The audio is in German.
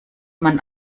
man